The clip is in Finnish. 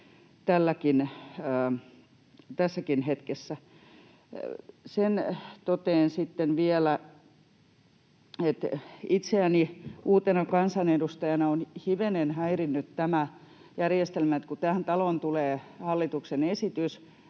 nyt jo tässäkin hetkessä. Sen totean sitten vielä, että itseäni uutena kansanedustajana on hivenen häirinnyt tämä järjestelmä, että kun tähän taloon tulee hallituksen esitys,